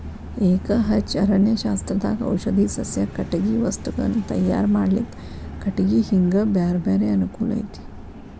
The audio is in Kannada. ಎಕಹಚ್ಚೆ ಅರಣ್ಯಶಾಸ್ತ್ರದಾಗ ಔಷಧಿ ಸಸ್ಯ, ಕಟಗಿ ವಸ್ತುಗಳನ್ನ ತಯಾರ್ ಮಾಡ್ಲಿಕ್ಕೆ ಕಟಿಗಿ ಹಿಂಗ ಬ್ಯಾರ್ಬ್ಯಾರೇ ಅನುಕೂಲ ಐತಿ